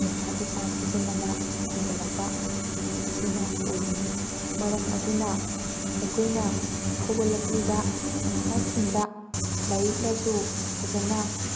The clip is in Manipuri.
ꯅꯤꯁꯥ ꯄꯨꯁꯥ ꯁꯤꯖꯤꯟꯅꯕ ꯍꯦꯟꯒꯠꯂꯛꯄ ꯑꯁꯤꯅ ꯑꯣꯏꯒꯅꯤ ꯃꯔꯝ ꯑꯗꯨꯅ ꯑꯩꯈꯣꯏꯅ ꯍꯧꯒꯠꯂꯛꯂꯤꯕ ꯅꯍꯥꯁꯤꯡꯗ ꯂꯥꯏꯔꯤꯛ ꯂꯥꯏꯁꯨ ꯐꯖꯟꯅ